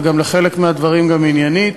ולחלק מהדברים גם עניינית.